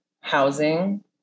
housing